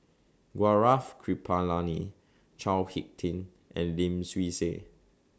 Gaurav Kripalani Chao Hick Tin and Lim Swee Say